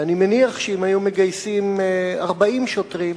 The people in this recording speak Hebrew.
ואני מניח שאם היו מגייסים 40 שוטרים,